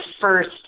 first